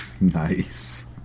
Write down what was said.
Nice